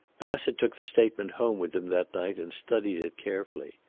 bassett took the statement home with him that night, and studied it carefully.